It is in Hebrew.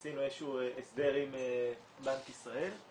עשינו איזה שהוא הסדר עם בנק ישראל,